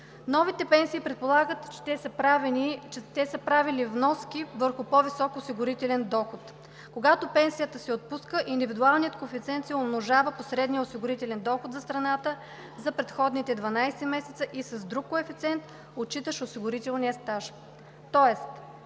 новите пенсии предполагат, че те са правели вноски върху по-висок осигурителен доход. Когато пенсията се отпуска, индивидуалният коефициент се умножава по средния осигурителен доход за страната за предходните 12 месеца и с друг коефициент, отчитащ осигурителния стаж.